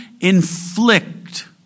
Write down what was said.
inflict